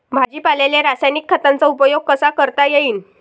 भाजीपाल्याले रासायनिक खतांचा उपयोग कसा करता येईन?